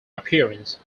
appearance